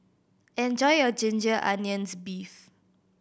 enjoy your ginger onions beef